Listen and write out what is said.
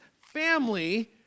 family